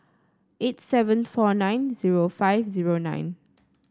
eight seven four nine zero five zero nine